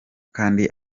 kandi